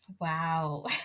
Wow